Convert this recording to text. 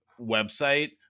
website